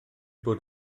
bod